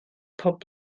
pob